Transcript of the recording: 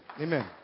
Amen